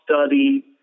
study